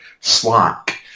Slack